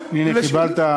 הנה קיבלת,